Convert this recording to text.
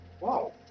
Wow